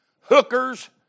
hookers